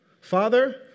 Father